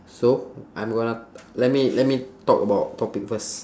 so I'm gonna let me let me talk about topic first